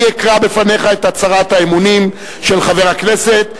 אני אקרא בפניך את הצהרת האמונים של חבר הכנסת,